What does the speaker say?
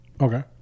Okay